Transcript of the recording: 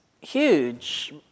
huge